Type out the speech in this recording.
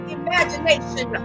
imagination